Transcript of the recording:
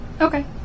Okay